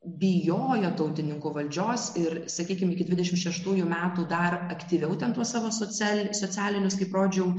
bijojo tautininkų valdžios ir sakykim iki dvidešimt šeštųjų metų dar aktyviau ten tuos savo socia socialinius kaip rodžiau